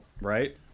Right